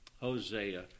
Hosea